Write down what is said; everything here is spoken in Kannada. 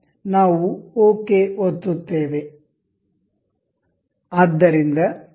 ನಾವು ಓಕೆ ಒತ್ತುತ್ತೇವೆ